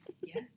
Yes